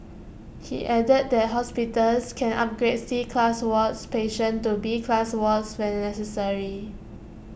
he added that hospitals can upgrade C class wards patients to B class wards when necessary